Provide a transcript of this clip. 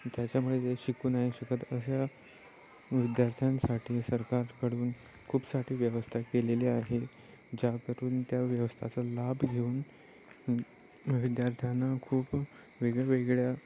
त्याच्यामुळे ते शिकू नाही शिकत अशा विद्यार्थ्यांसाठी सरकारकडून खूप साठी व्यवस्था केलेली आहे ज्याकरून त्या व्यवस्थेचा लाभ घेऊन विद्यार्थ्यांना खूप वेगळ्या वेगळ्या